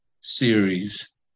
series